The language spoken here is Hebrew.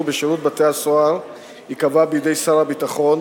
בשירות בתי-הסוהר ייקבע בידי שר הביטחון,